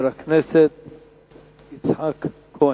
חבר הכנסת יצחק כהן.